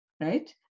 right